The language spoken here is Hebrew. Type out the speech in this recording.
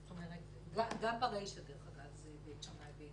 זאת אומרת, גם ברישה, דרך אגב, זה בית שמאי.